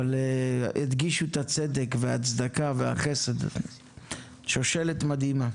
הם הדגישו את הצדקה והחסד, שושלת מדהימה.